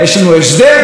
ויש לנו הסדרה.